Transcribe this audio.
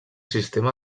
sistema